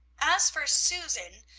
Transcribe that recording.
as for susan,